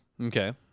Okay